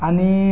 आणि